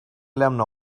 lämna